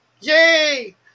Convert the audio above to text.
Yay